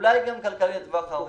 אולי גם כלכלי לטווח ארוך.